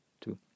two